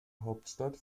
hauptstadt